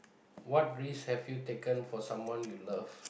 what risk have you taken for someone you love